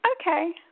okay